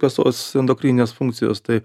kasos endokrininės funkcijos tai